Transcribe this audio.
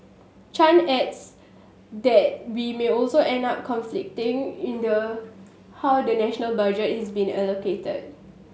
Chan adds that we may also end up conflict in the how the national budget is being allocated